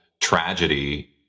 tragedy